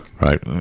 Right